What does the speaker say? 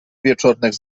wieczornych